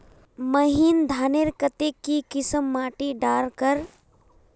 महीन धानेर केते की किसम माटी डार कर?